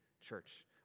church